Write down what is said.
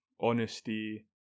honesty